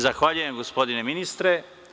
Zahvaljujem, gospodine ministre.